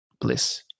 bliss